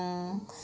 um